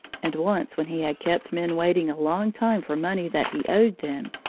and once, when he had kept men waiting a long time for money that he owed them,